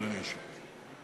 אדוני היושב-ראש,